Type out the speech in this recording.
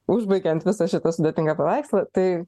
užbaigiant visą šitą sudėtingą paveikslą tai